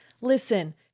listen